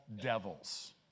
devils